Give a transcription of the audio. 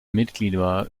mitglieder